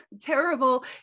terrible